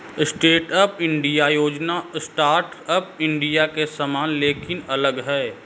stand up India योजना startup India के समान लेकिन अलग है